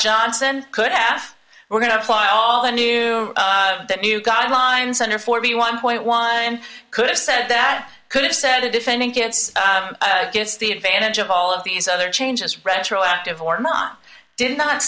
johnson could have we're going to apply all the new that new guidelines under forty one point one could have said that could have said a defendant gets gives the advantage of all of these other changes retroactive or not did not